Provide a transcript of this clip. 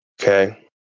Okay